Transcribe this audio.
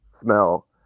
Smell